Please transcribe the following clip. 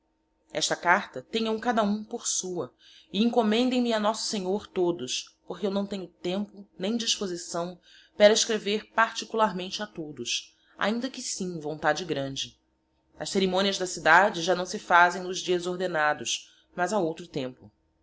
esta carta tenhaõ cada hum por sua e encomendem me a nosso senhor todos porque eu naõ tenho tempo nem disposição pera escrever particularmente a todos ainda que sim vontade grande as ceremonias da cidade já naõ se fazem nos dias ordenados mas a outro tempo